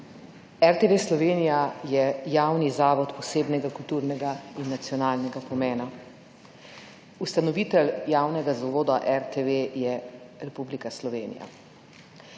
RTV Slovenija je javni zavod posebnega kulturnega in nacionalnega pomena. Ustanovitelj javnega zavoda RTV je Republika Slovenija.